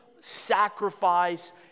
sacrifice